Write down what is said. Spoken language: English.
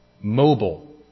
mobile